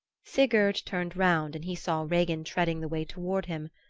sigurd turned round and he saw regin treading the way toward him,